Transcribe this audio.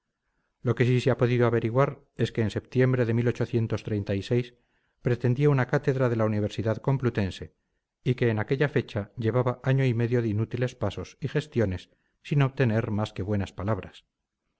lo que sí se ha podido averiguar es que en septiembre de pretendía una cátedra de la universidad complutense y que en aquella fecha llevaba año y medio de inútiles pasos y gestiones sin obtener más que buenas palabras